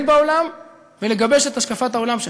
בעולם ולגבש את השקפת העולם שלנו,